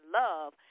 love